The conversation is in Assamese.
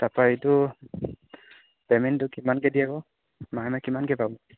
তাৰপৰা এইটো পে'মেণ্টটো কিমানকৈ দিয়াব মাহে মাহে কিমানকৈ পাম